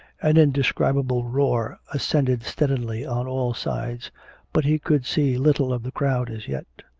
an indescribable roar ascended steadily on all sides but he could see little of the crowd as yet.